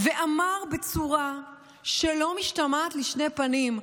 ואמר בצורה שלא משתמעת לשתי פנים,